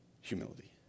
humility